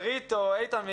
שרית או איתן,